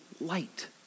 light